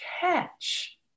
catch